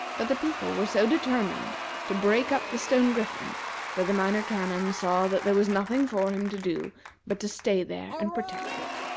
but the people were so determined to break up the stone griffin that the minor canon saw that there was nothing for him to do but to stay there and protect it.